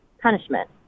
punishment